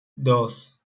dos